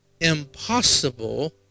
impossible